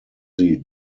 sie